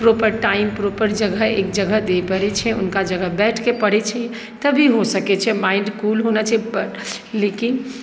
proper time proper जगह एक जगह दिअ पड़ैत छै हुनका जगह बैठके पड़ैत छै तभी हो सकैत छै माइन्ड कूल होना चाहिए लेकिन